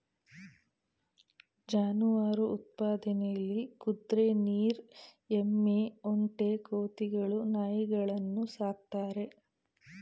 ಜಾನುವಾರು ಉತ್ಪಾದನೆಲಿ ಕುದ್ರೆ ನೀರ್ ಎಮ್ಮೆ ಒಂಟೆ ಕೋತಿಗಳು ನಾಯಿಗಳನ್ನು ಸಾಕ್ತಾರೆ